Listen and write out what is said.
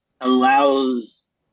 allows